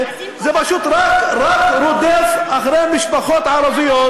זה פשוט רק רודף אחרי משפחות ערביות,